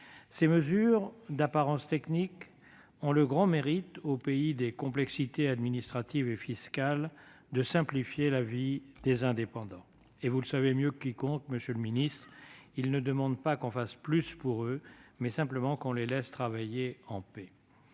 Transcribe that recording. Ces mesures, d'apparence technique, ont le grand mérite, au pays des complexités administratives et fiscales, de simplifier la vie des indépendants. Et vous le savez mieux que quiconque, monsieur le ministre, ils demandent non pas qu'on fasse plus pour eux, mais simplement qu'on les laisse travailler en paix.